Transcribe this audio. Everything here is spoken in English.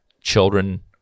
children